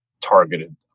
targeted